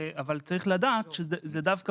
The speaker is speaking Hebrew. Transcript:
זה לא סותר את החוק אבל צריך לדעת שזה דווקא